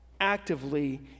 actively